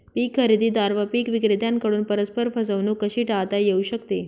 पीक खरेदीदार व पीक विक्रेत्यांकडून परस्पर फसवणूक कशी टाळता येऊ शकते?